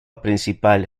principal